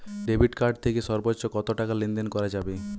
Debit card থেকে সর্বোচ্চ কত টাকা লেনদেন করা যাবে?